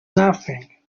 nothing